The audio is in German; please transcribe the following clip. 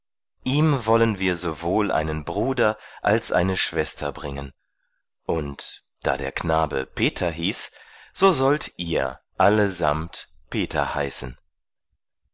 ihm wollen wir sowohl einen bruder als eine schwester bringen und da der knabe peter hieß so sollt ihr allesamt peter heißen